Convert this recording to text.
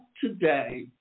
today